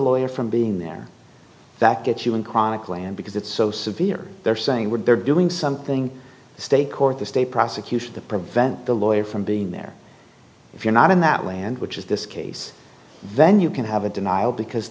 lawyer from being there that gets you in chronicle and because it's so severe they're saying we're there doing something the state court the state prosecution to prevent the lawyer from being there if you're not in that way and which is this case then you can have a denial because